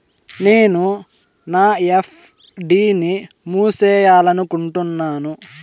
నేను నా ఎఫ్.డి ని మూసేయాలనుకుంటున్నాను